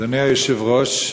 אדוני היושב-ראש,